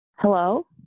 Hello